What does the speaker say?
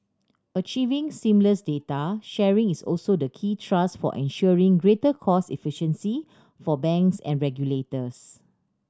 achieving seamless data sharing is also the key thrust for ensuring greater cost efficiency for banks and regulators